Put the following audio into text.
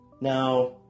Now